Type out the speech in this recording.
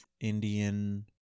Indian